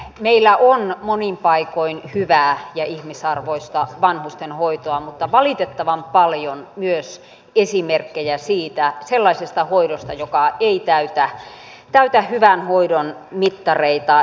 meillä on monin paikoin hyvää ja ihmisarvoista vanhustenhoitoa mutta valitettavan paljon myös esimerkkejä siitä sellaisesta hoidosta joka ei täytä hyvän hoidon mittareita